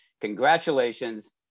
Congratulations